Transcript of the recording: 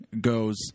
goes